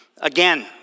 again